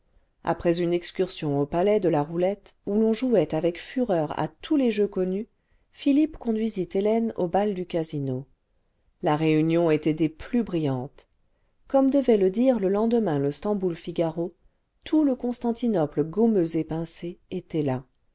après une excursion au palais de la roulette où l'on jouait avec fureur à tous les jeux connus philippe conduisit hélène au bal du casino la réunion était des plus brillantes comme devait le dire le lendemain le statnboul pigaro tout le constantinople gommeux et pincé était là